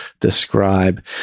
describe